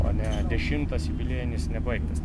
o ne dešimtas jubiliejinis nebaigtas